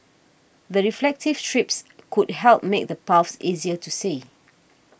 the reflective strips could help make the paths easier to see